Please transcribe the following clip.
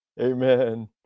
Amen